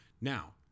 Now